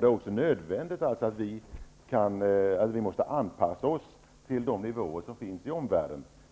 Det är nödvändigt att vi i Sverige anpassar oss till de nivåer som finns